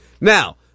Now